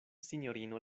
sinjorino